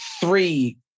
three